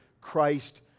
Christ